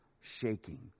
shaking